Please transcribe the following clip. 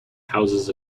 houses